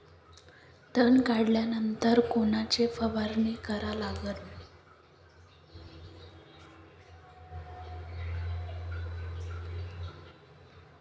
तन काढल्यानंतर कोनची फवारणी करा लागन?